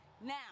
now